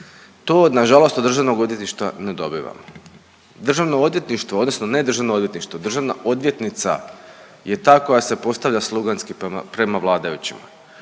to nažalost od državnog odvjetništva ne dobivamo. Državno odvjetništvo odnosno ne državno odvjetništvo, državna odvjetnica je ta koja se postavlja sluganski prema vladajućima,